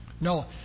No